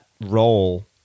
role